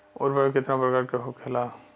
उर्वरक कितना प्रकार के होखेला?